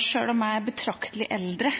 Sjøl om jeg er betraktelig eldre